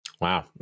Wow